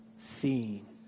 seen